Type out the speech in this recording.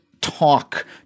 talk